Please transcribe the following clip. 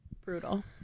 Brutal